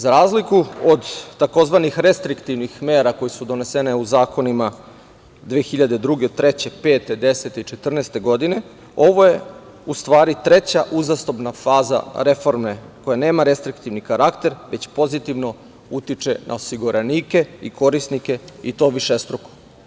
Za razliku od tzv. restriktivnih mera koje se donete u zakonima 2002, 2003, 2005, 2010 i 2014. godine, ovo je u stvari, treća uzastopna faza reforme, koja nema restriktivni karakter, već pozitivno utiče na osiguranike i korisnike, i to višestruko.